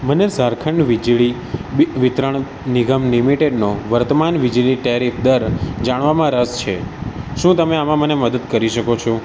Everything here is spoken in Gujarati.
મને ઝારખંડ વીજળી વિતરણ નિગમ લિમિટેડનો વર્તમાન વીજળી ટેરિફ દર જાણવામાં રસ છે શું તમે આમાં મને મદદ કરી શકો છો